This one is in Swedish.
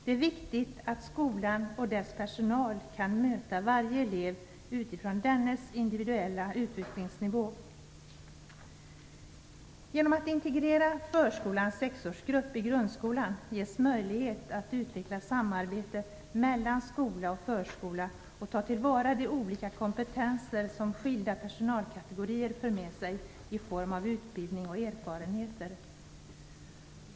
Det är viktigt att skolan och dess personal kan möta varje elev utifrån dennes individuella utvecklingsnivå. Genom att förskolans sexårsgrupp integreras i grundskolan ges möjlighet att utveckla samarbetet mellan skola och förskola och att ta till vara de olika kompetenser som skilda personalkategorier för med sig i form av utbildning och erfarenheter.